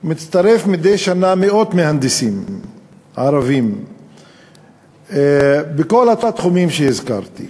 מצטרפים מדי שנה מאות מהנדסים ערבים בכל התחומים שהזכרתי.